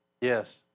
Yes